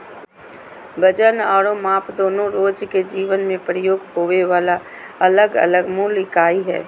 वजन आरो माप दोनो रोज के जीवन मे प्रयोग होबे वला अलग अलग मूल इकाई हय